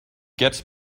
gets